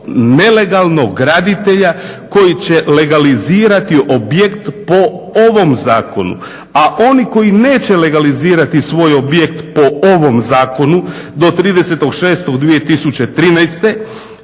nelegalnog graditelja koji će legalizirati objekt po ovom zakonu. A oni koji neće legalizirati svoj objekt po ovom zakonu do 30.6.2013.